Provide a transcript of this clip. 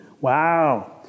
Wow